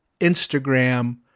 Instagram